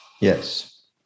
Yes